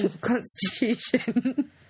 constitution